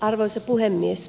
arvoisa puhemies